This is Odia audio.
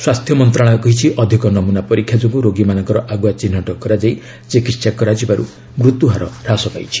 ସ୍ୱାସ୍ଥ୍ୟ ମନ୍ତ୍ରଣାଳୟ କହିଛି ଅଧିକ ନମୁନା ପରୀକ୍ଷା ଯୋଗୁଁ ରୋଗୀମାନଙ୍କର ଆଗୁଆ ଚିହ୍ନଟ କରାଯାଇ ଚିକିହା କରାଯିବାରୁ ମୃତ୍ୟୁହାର ହ୍ରାସ ପାଇଛି